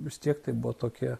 vis tiek tai buvo tokie